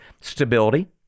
stability